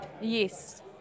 Yes